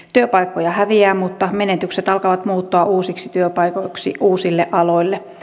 työpaikkoja häviää mutta menetykset alkavat muuttua uusiksi työpaikoiksi uusille aloille